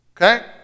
okay